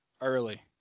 early